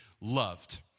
loved